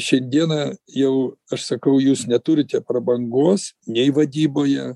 šiandieną jau aš sakau jūs neturite prabangos nei vadyboje